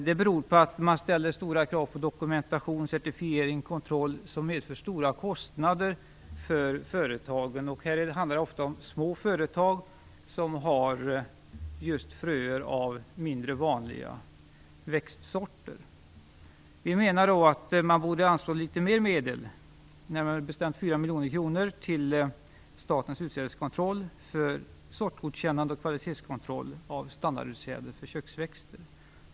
Det beror på att man ställer stora krav på dokumentation, certifiering och kontroll, som medför stora kostnader för företagen. Det handlar ofta om små företag som har just fröer av mindre vanliga växtsorter. Vi menar att man borde anslå litet mer medel, närmare bestämt 4 miljoner kronor, till Statens utsädeskontroll för sortgodkännande och kvalitetskontroll av standardutsäde av köksväxter.